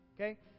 Okay